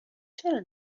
چرا